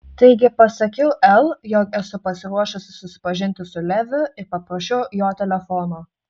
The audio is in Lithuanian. taigi pasakiau el jog esu pasiruošusi susipažinti su leviu ir paprašiau jo telefono